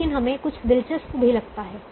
लेकिन हमें कुछ दिलचस्प भी लगता है